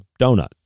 donut